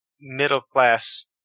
middle-class